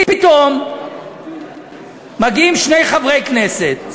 פתאום מגיעים שני חברי כנסת,